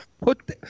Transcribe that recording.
Put